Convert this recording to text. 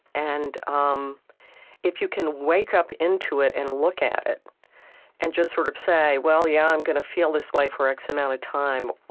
and um if you can wake up into it and look at it and just sort of say, well, yeah, i'm going to feel this way for x amount of time.